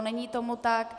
Není tomu tak.